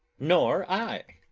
nor i.